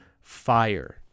fire